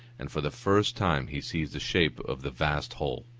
and for the first time he sees the shape of the vast whole.